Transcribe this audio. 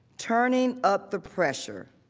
turning up the pressure.